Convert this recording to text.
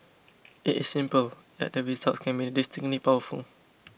it is simple yet the results can be distinctly powerful